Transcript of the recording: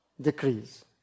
decrease